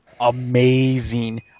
Amazing